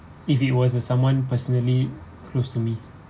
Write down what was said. if it was a someone personally close to me